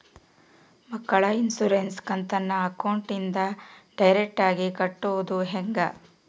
ಮಕ್ಕಳ ಇನ್ಸುರೆನ್ಸ್ ಕಂತನ್ನ ಅಕೌಂಟಿಂದ ಡೈರೆಕ್ಟಾಗಿ ಕಟ್ಟೋದು ಹೆಂಗ?